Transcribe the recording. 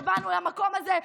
שבאנו למקום הזה,